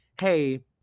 hey